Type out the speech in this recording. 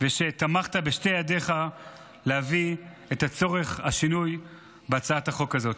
ושתמכת בשתי ידיך להביא את הצורך בשינוי בהצעת החוק הזאת,